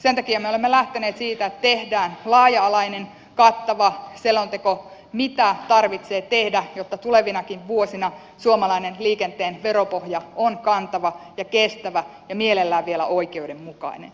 sen takia me olemme lähteneet siitä että tehdään laaja alainen kattava selonteko mitä tarvitsee tehdä jotta tulevinakin vuosina suomalainen liikenteen veropohja on kantava ja kestävä ja mielellään vielä oikeudenmukainen